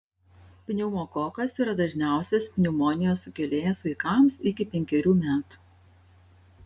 pneumokokas yra dažniausias pneumonijos sukėlėjas vaikams iki penkerių metų